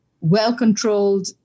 well-controlled